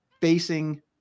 facing